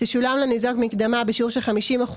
תשולם לניזוק במועד האמור מקדמה בשיעור של 50%